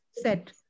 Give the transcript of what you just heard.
set